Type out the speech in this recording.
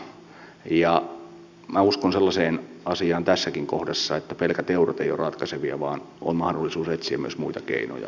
minä uskon tässäkin kohdassa sellaiseen asiaan että pelkät eurot eivät ole ratkaisevia vaan on mahdollisuus etsiä myös muita keinoja